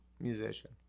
Musician